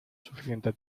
suficiente